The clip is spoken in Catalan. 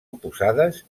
oposades